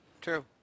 true